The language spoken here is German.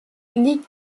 liegt